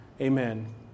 Amen